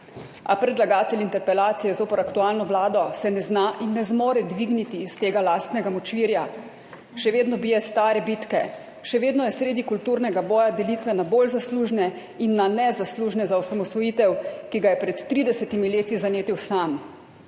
A predlagatelj interpelacije zoper aktualno vlado se ne zna in ne zmore dvigniti iz tega lastnega močvirja. Še vedno bije stare bitke, še vedno je sredi kulturnega boja, delitve na bolj zaslužne in na nezaslužne za osamosvojitev, ki ga je pred 30 leti zanetil sam,